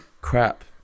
crap